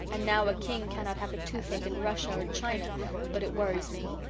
and now a king cannot have a toothache in russia or china but it worries me.